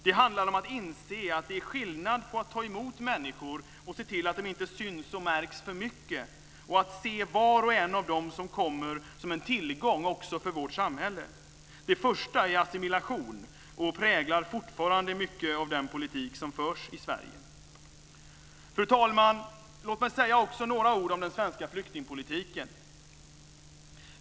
Det handlar om att inse att det är skillnad på att ta emot människor och se till att de inte syns och märks för mycket och att se var och en av dem som kommer som en tillgång också för vårt samhälle. Det första är assimilation och präglar fortfarande mycket av den politik som förs i Sverige. Fru talman! Låt mig också säga några ord om den svenska flyktingpolitiken.